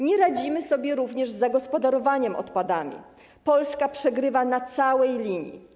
Nie radzimy sobie również z zagospodarowywaniem odpadów, Polska przegrywa na całej linii.